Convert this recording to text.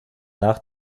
nach